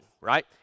right